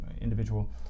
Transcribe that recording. individual